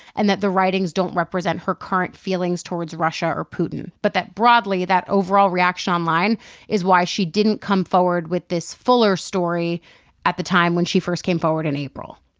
and that the writings don't represent her current feelings towards russia or putin, but that, broadly, that overall reaction online is why she didn't come forward with this fuller story at the time when she first came forward in april.